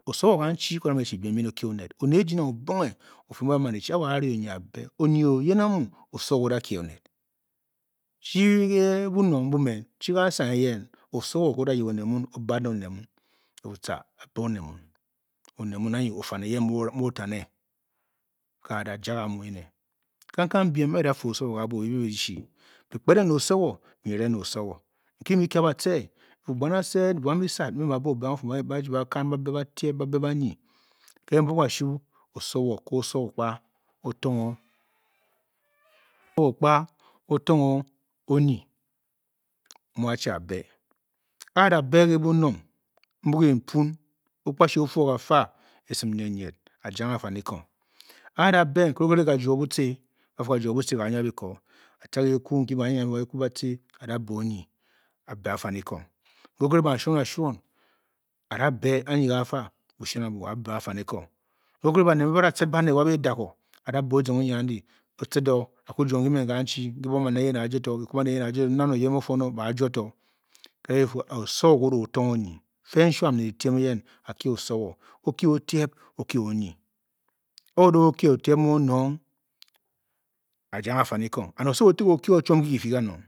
Oso kanchiyi mu o da maan e-chi biem mbin o-kie oned oned eji nang oboghe o-fii mu o da maan echi. Ke wo a-ri onyi a a-bě, onyi oyen amu, oso ge o-da kie oned, chi ge bunong mbu men, chi ka sa eyen, oso nke o-da yip oned muun, o-bad ne oned muun o-fuu tca à bě oned muun, oned muun anyi ofan eyen mu o-rim, o×tane, ke a-da ja ka mu ene kankang biem, ke byi-da, fe osowo ke abuo, byi-nua echi byi kpedeng ne osowo, byi nyiere ne osowo kin nki bi muu byi-kia batce, fuu buan ase, buan bisad mbe baa bang obang ba-fuu mbe ba chi ba kan batbě, batieb. ba-be banyi ke mboup ka shuu, osowo, ko osowo kpa a, o-tang-o onyi mu a-chi a-be, a a-da bě ke bunung mbuu kem puun, okpashi. O̱fuo ga faa, esim nyed-nyed a ja afanikong, a a-da be nkere okire, ka juo butcě, ba-fuu, kajuo butce ga-nwa bi ko A tea ke kikwu kikwu bàtcě a dàa bě onyi, aa nyung ke afanikong, Nkere okre baned mbe ba a da tcid baned wa bei dako, a-da bě dizongonyi andi o-tcide o, a kwu juo nki men kanchi, nki buan bane eyen, a-juoto nnan oyen mu o-fuon-o a-juo to, oso tong o onyi fe nshuam ne dyitiem eyen a ki osowo o-kyi o otieb, o-kyi onyi o o-da o kie otieb mu onong. a-jang afanikong and oso o-ti gě o-kie o chiom n ki ki fi kanong